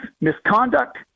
misconduct